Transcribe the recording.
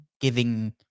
giving